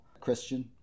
Christian